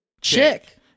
Chick